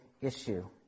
issue